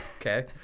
Okay